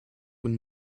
when